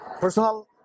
personal